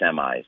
semis